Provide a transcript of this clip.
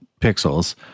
pixels